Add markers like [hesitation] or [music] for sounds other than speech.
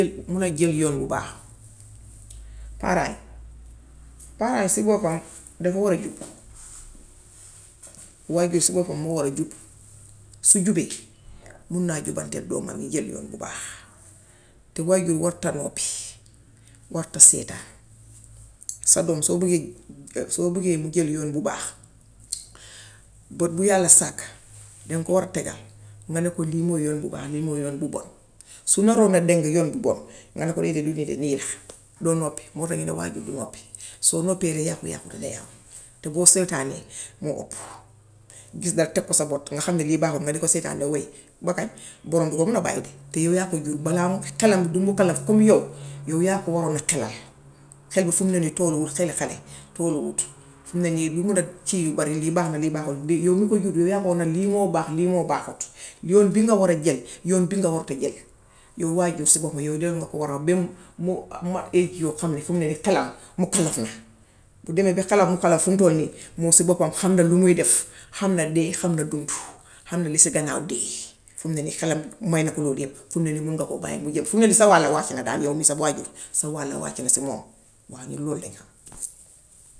Mun a jël yoon wu baax. Paraa yi. Paraa yi si boppam dafa war a jub. Wayjuur si boppam moo war a jub, mun naa jubbanteek doomam yi jël yoon bu baax, te wayjuur warta noppi, warta seetaan. Sa doom boo buggee [hesitation] soo buggee mu jël yoon bu baax, bët bu yàlla sàkk deŋ koo tegal, nga ni ko lii mooy yoon bu baax bi, lii mooy yoon bu bon. Su naroon a dëng nga ni ko déedéet du nii de nii la doo noppi. Moo tax ñu ne waajur du noppi. Soo noppee rekk yàqu-yàqu da dee am, te boo seetaanee mu upp. Gis rekk teg ko sa bot, nga xam ne lii baaxul nga di ko seetaan la way. Ba kañ? Bon du ko man a bàyyi de, te yow yaa ko jur. Balaa [hesitation] xelam di mukalaf comme yow, yow yaa ko waroon a xelal. Xel bi fim ne nii tolluwul xelu xale, xeli xale tolluwut. Fim ne nii, lu mu daj ci yu bari lii baax na lii baaxul. Yaw mi ko jur yaw yaa ko war a wax ni lii moo baax, lii moo baaxul; yoon bii nga war jël, yoon bii nga warta jël. Yow waajuur si boppam yow loolu nga ko warlool be mu [hesitation] age yoo xam ni fum ne rekk xelem mukalaf na. Bu demee ba xelem mukalaf, fum tollu nii, moom si boppom xam na lu mooy def; xam na dee, xam na dundu. Xam na li si gannaaw dee. Fum ne nii xelem may na ko loolu yépp. Fum ne nii mun nga ko bàyyi mu jël. Fum ne nii sa wàll wàcc na daal, yaw mii sa waajur, sa wàll wàcc na si moom. Waaw ñun lool lañ xam.